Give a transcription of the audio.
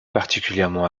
particulièrement